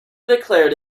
declared